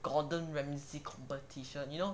gordon ramsay competition you know